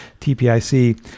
TPIC